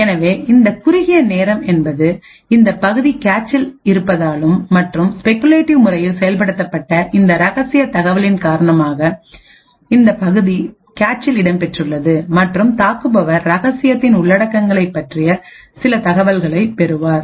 எனவே இந்தகுறுகிய நேரம் என்பது இந்தப் பகுதிய கேச்சில் இருப்பதாலும் மற்றும் ஸ்பெகுலேட்டிவ் முறையில் செயல்படுத்தப்பட்ட இந்த ரகசிய தகவலின் காரணமாகஇந்தப் பகுதி கேச்சில் இடம்பெற்றுள்ளது மற்றும் தாக்குபவர் ரகசியத்தின் உள்ளடக்கங்களைப் பற்றி சில தகவல்களைப் பெறுவார்